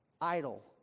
idle